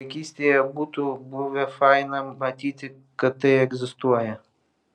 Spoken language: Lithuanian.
vaikystėje būtų buvę faina matyti kad tai egzistuoja